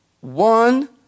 one